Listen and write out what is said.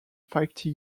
fifty